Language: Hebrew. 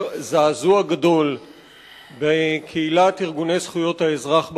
זעזוע גדול בקהילת ארגוני זכויות האזרח בעולם.